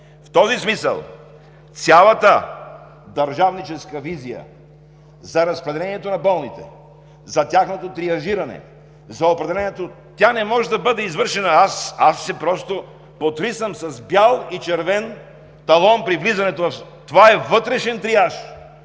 В този смисъл цялата държавническа визия за разпределението на болните, за тяхното триажиране, за определението „тя не може да бъде извършена“, аз просто се потрисам. С бял и червен талон при влизането, това е вътрешен триаж.